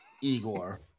Igor